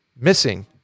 Missing